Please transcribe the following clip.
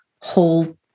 whole